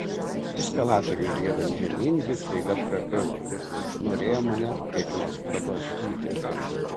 eskalatoriui riedant žemyn jis staiga prabilo norėjo mane kaip nors prablaškyti